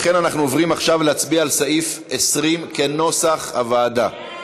לכן אנחנו עוברים עכשיו להצביע על סעיף 20 כנוסח הוועדה.